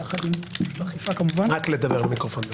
לגבי ההכשרה הפרטנית,